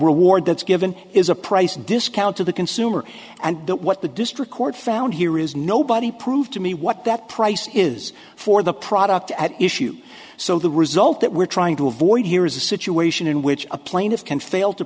reward that's given is a price discount to the consumer and that what the district court found here is nobody proved to me what that price is for the product at issue so the result that we're trying to avoid here is a situation in which a plaintiff can fail to